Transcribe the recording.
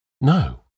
No